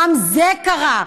גם זה קרה.